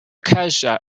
casa